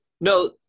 No